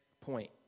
point